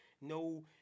No